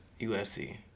USC